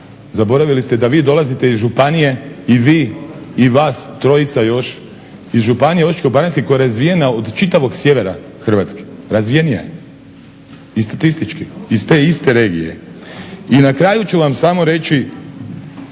zaboravili ste da vi dolazite iz županije, i vi i vas trojica još iz županije Osječko-baranjske koja je razvijenija od čitavog sjevera Hrvatske. Razvijenija je i statistički iz te iste regije. I na kraju ću vam samo reći